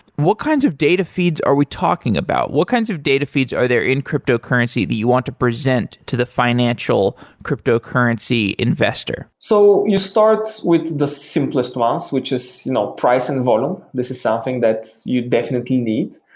what kinds of data feeds are we talking about? what kinds of data feeds are there in cryptocurrency that you want to present to the financial cryptocurrency investor? so you start with the simplest ones, which is you know price in volume. this is something that you definitely need.